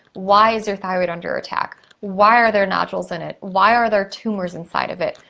why is your thyroid under attack? why are there nodules in it? why are there tumors inside of it?